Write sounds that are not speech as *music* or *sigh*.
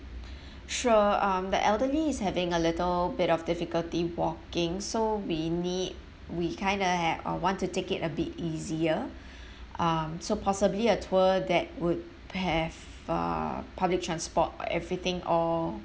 sure um the elderly is having a little bit of difficulty walking so we need we kinda have uh want to take it a bit easier *breath* um so possibly a tour that would have uh public transport everything all